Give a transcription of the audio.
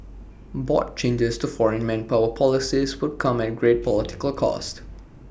broad changes to foreign manpower policies would come at great political cost